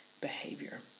behavior